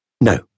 No